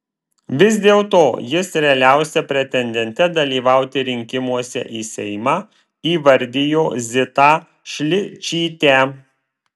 vis dėlto jis realiausia pretendente dalyvauti rinkimuose į seimą įvardijo zitą šličytę